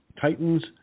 titans